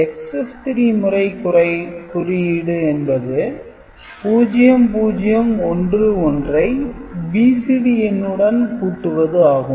Excess - 3 முறை குறியீடு என்பது 0011 ஐ BCD எண்ணுடன் கூட்டுவது ஆகும்